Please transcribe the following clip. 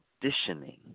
conditioning